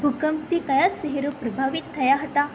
ભૂકંપથી કયાં શહેરો પ્રભાવિત થયા હતાં